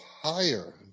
higher